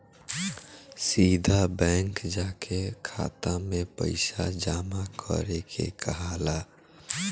सीधा बैंक जाके खाता में पइसा जामा करे के कहाला